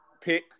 pick